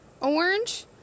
orange